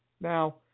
Now